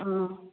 ꯎꯝ